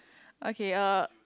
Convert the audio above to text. okay uh